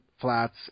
flats